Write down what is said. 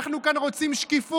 אנחנו כאן רוצים שקיפות,